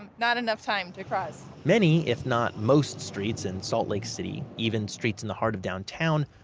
and not enough time to cross. many, if not most streets in salt lake city, even streets in the heart of downtown,